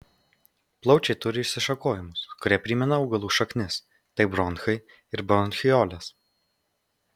plaučiai turi išsišakojimus kurie primena augalų šaknis tai bronchai ir bronchiolės